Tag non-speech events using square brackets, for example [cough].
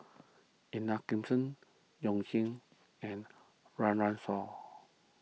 Ida [unintelligible] You [unintelligible] and Run Run Shaw